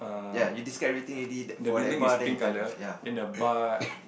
ya you describe everything already that for that part then you tell me ya